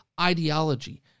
ideology